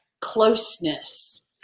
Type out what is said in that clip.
closeness